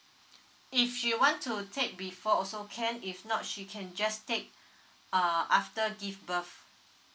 if you want to take before also can if not she can just take uh after give birth